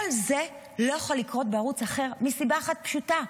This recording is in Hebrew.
כל זה לא יכול לקרות בערוץ אחר מסיבה אחת פשוטה: